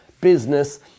business